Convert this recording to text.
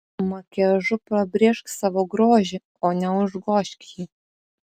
makiažu pabrėžk savo grožį o ne užgožk jį